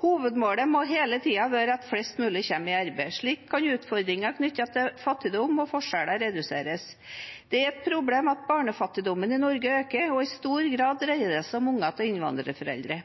Hovedmålet må hele tiden være at flest mulig kommer i arbeid. Slik kan utfordringer knyttet til fattigdom og forskjeller reduseres. Det er et problem at barnefattigdommen i Norge øker, og i stor grad dreier det seg om barn av innvandrerforeldre.